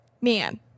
Man